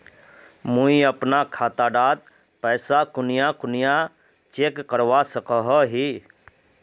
मुई अपना खाता डात पैसा कुनियाँ कुनियाँ चेक करवा सकोहो ही?